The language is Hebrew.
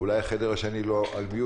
אולי החדר השני לא על mute.